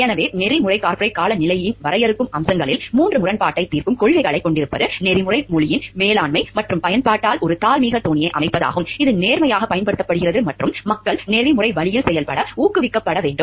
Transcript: எனவே நெறிமுறை கார்ப்பரேட் காலநிலையின் வரையறுக்கும் அம்சங்களில் ஒன்று முரண்பாட்டைத் தீர்க்கும் கொள்கைகளைக் கொண்டிருப்பது நெறிமுறை மொழியின் மேலாண்மை மற்றும் பயன்பாட்டினால் ஒரு தார்மீக தொனியை அமைப்பதாகும் இது நேர்மையாகப் பயன்படுத்தப்படுகிறது மற்றும் மக்கள் நெறிமுறை வழியில் செயல்பட ஊக்குவிக்கப்பட வேண்டும்